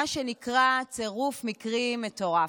מה שנקרא צירוף מקרים מטורף.